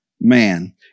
man